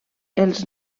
els